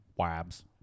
Wabs